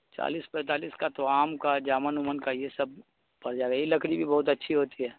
چالیس پینتالیس کا تو آم کا جامن وامن کا یہ سب پڑ جائے گا یہ لکڑی بھی بہت اچھی ہوتی ہے